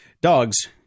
dogs